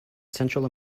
central